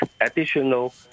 additional